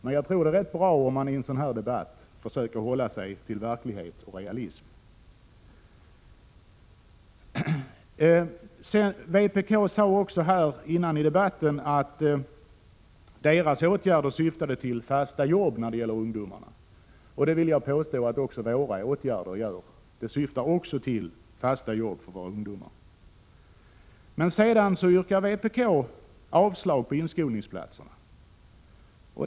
Men jag tror att det är rätt bra om man i en sådan här debatt försöker hålla sig till verkligheten. Det sades här också i debatten från vpk att vpk:s åtgärder syftade till fasta jobb för ungdomarna. Jag vill påstå att våra åtgärder också syftar till fasta jobb för våra ungdomar. Sedan yrkar vpk avslag på förslaget om inskolningsplatserna.